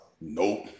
Nope